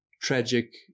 tragic